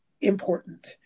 important